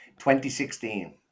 2016